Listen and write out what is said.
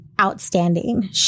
outstanding